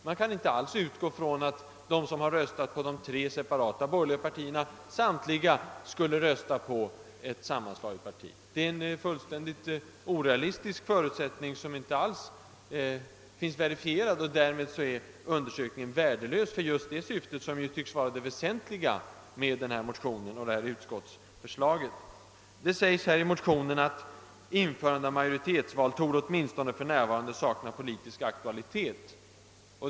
Man kan inte alls utgå ifrån att samtliga de som röstat på de tre separata borgerliga partierna skulle rösta på ett sammanslaget parti. Detta är en fullständigt orealistisk förutsättning som inte kan bestyrkas. Därmed är undersökningen värdelös för just det syfte som tycks vara det väsentliga med motionen och utskottets förslag. I motionen sägs att införande av majoritetsval åtminstone för närvarande torde sakna politisk aktualitet.